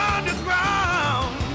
Underground